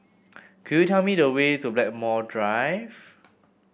could you tell me the way to Blackmore Drive